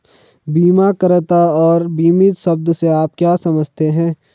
बीमाकर्ता और बीमित शब्द से आप क्या समझते हैं?